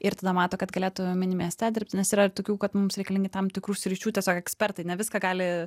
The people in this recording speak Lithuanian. ir tada mato kad galėtų mini mieste dirbti nes yra ir tokių kad mums reikalingi tam tikrų sričių tiesiog ekspertai ne viską gali